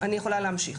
אני יכולה להמשיך.